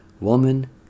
Woman